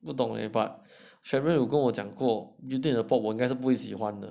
不不懂 leh but cheryl 有跟我讲过 Beauty in a Pot 我应该是不会喜欢的